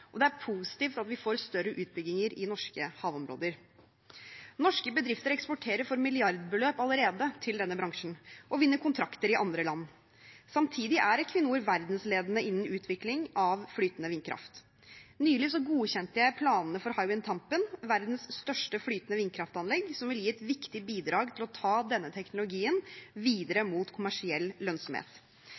og det er positivt at vi får større utbygginger i norske havområder. Norske bedrifter eksporterer for milliardbeløp allerede til denne bransjen og vinner kontrakter i andre land. Samtidig er Equinor verdensledende innen utvikling av flytende vindkraft. Nylig godkjente jeg planene for Hywind Tampen, verdens største flytende vindkraftanlegg, som vil gi et viktig bidrag til å ta denne teknologien videre mot kommersiell lønnsomhet.